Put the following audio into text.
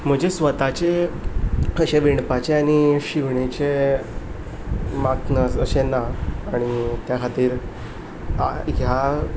म्हजें स्वताचें अशें विणपाचें आनी शिंवणेचें माक्नां अशें ना त्या खातीर ह्या